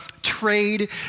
Trade